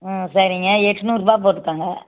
ஆ சரிங்க எட்நூறுரூவா போட்டு தாங்க